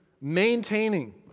maintaining